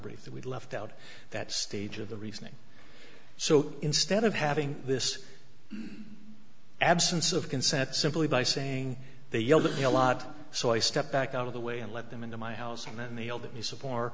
brief that we'd left out that stage of the reasoning so instead of having this absence of consent simply by saying they yelled at me a lot so i stepped back out of the way and let them into my house and then they all that you support